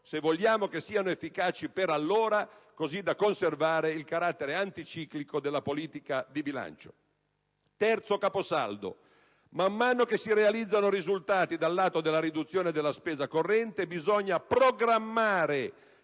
se vogliamo che siano efficaci per allora, così da conservare il carattere anticiclico della politica di bilancio. Terzo caposaldo: man mano che si realizzano risultati dal lato della riduzione della spesa corrente, bisogna programmare